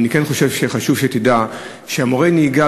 אני כן חושב שחשוב שתדע שמורי הנהיגה,